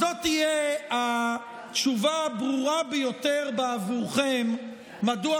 זו תהיה התשובה הברורה ביותר עבורכם מדוע